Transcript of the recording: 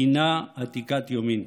היא עתיקת יומין.